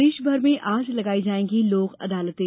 प्रदेशभर में आज लगाई जायेंगी लोक अदालतें